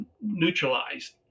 neutralized